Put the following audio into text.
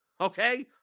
Okay